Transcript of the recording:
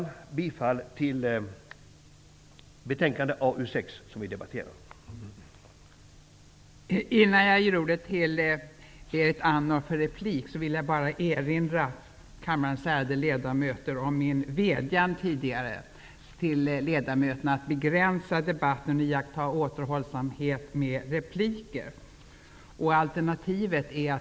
Jag yrkar bifall till utskottets hemställan i betänkande AU6.